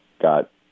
got